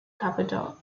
capital